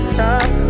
top